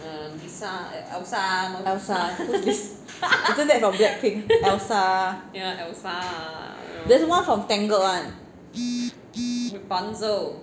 ya elsa isn't that from black king elsa there's one from tangled [one]